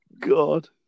God